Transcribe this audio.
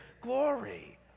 glory